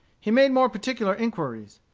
he made more particular inquiries.